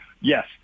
Yes